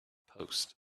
post